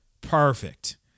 perfect